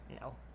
No